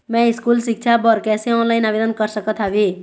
मैं स्कूल सिक्छा बर कैसे ऑनलाइन आवेदन कर सकत हावे?